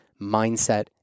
mindset